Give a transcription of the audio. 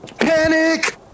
Panic